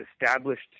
established